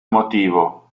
motivo